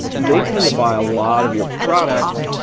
they tend to buy a lot of your product,